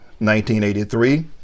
1983